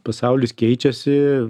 pasaulis keičiasi